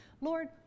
Lord